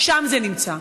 שם זה נמצא.